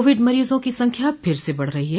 Covid मरीजों की संख्या फिर से बढ़ रही है